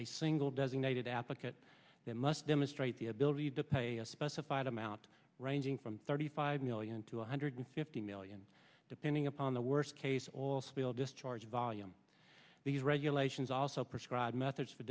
a single designated applicant that must demonstrate the ability to pay a specified amount ranging from thirty five million to one hundred fifty million depending upon the worst case all spill discharge volume these regulations also prescribe methods for